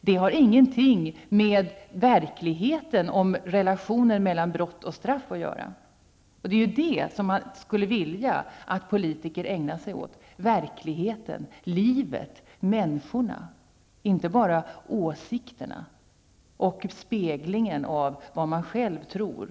Det har ingenting att göra med verkligheten i fråga om relationen mellan brott och straff. Man skulle ju vilja att politiker ägnade sig åt verkligheten, livet och människorna, inte bara åsikterna och speglingen av vad man själv tror.